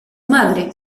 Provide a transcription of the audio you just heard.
madre